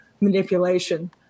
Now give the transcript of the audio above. manipulation